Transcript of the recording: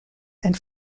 and